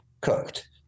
cooked